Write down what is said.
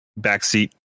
backseat